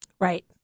Right